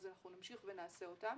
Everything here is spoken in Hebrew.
אנחנו נמשיך ונעשה אותן.